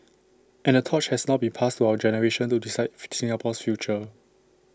and the torch has now been passed to our generation to decide Singapore's future